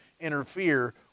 interfere